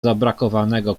zabrakowanego